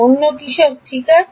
অন্য কি ঠিক আছে